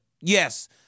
yes